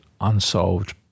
unsolved